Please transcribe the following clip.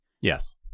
Yes